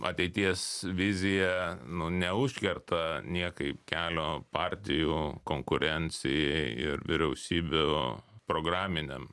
ateities vizija nu neužkerta niekaip kelio partijų konkurencijai ir vyriausybių programiniam